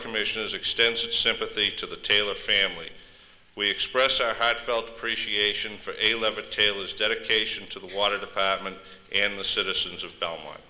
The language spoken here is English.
commissioners extension sympathy to the taylor family we express our heartfelt appreciation for a lever taylor's dedication to the water the potman and the citizens of belmont